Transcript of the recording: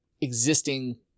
existing